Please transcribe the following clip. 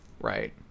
right